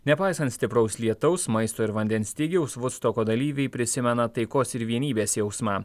nepaisant stipraus lietaus maisto ir vandens stygiaus vudstoko dalyviai prisimena taikos ir vienybės jausmą